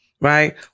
Right